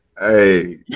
Hey